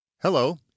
Hello